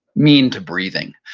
mean to breathing.